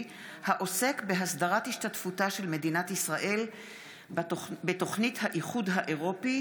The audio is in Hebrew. העוסק בהסדרת השתתפותה של מדינת ישראל בתוכנית האיחוד האירופי